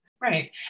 Right